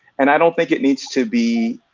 and i don't think it needs to be,